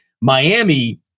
Miami